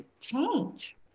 change